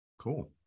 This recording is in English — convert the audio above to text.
Cool